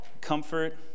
comfort